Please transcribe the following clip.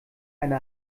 eine